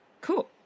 Cool